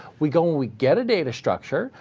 we go, and we get a data structure.